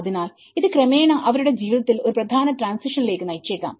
അതിനാൽ ഇത് ക്രമേണ അവരുടെ ജീവിതത്തിൽ ഒരു പ്രധാന ട്രാൻസിഷനിലേക്ക്നയിച്ചേക്കാം